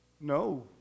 No